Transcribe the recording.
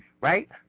right